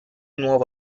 nuovo